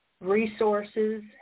resources